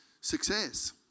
success